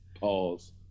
Pause